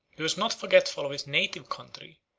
he was not forgetful of his native country,